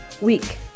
week